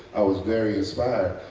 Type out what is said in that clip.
i was very inspired.